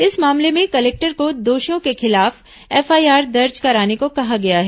इस मामले में कलेक्टर को दोषियों के खिलाफ एफआईआर दर्ज कराने को कहा गया है